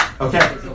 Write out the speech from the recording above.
Okay